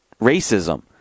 racism